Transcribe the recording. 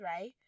right